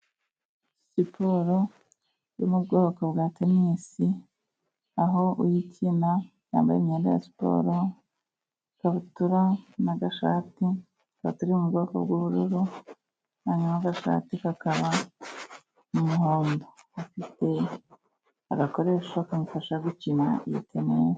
Siporo yo mu bwoko bwa tenisi, aho uyikina yambaye imyenda ya siporo, ikabutura n'agashati, tukaba turi mu bwoko bw'ubururu, hanyuma agashati kakaba umuhondo, afite agakoresho kamufasha gukina iyi tenisi.